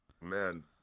man